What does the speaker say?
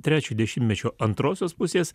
trečio dešimtmečio antrosios pusės